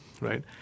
right